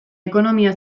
ekonomia